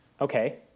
Okay